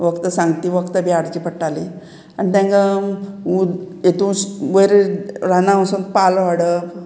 वखदां सांगता तीं वखदां बी हाडची पडटाली आनी तांकां हेतू वयर रानां वचोन पालो हाडप